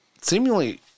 seemingly